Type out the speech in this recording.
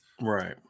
right